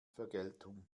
vergeltung